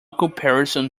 comparison